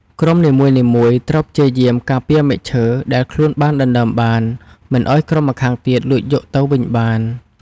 ក្រុមនីមួយៗត្រូវព្យាយាម ការពារមែកឈើ ដែលខ្លួនបានដណ្ដើមបាន មិនឱ្យក្រុមម្ខាងទៀតលួចយកទៅវិញបាន។